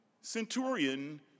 centurion